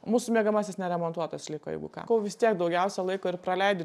mūsų miegamasis neremontuotas liko jeigu ką ko vis tiek daugiausia laiko ir praleidi